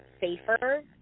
safer